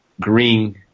green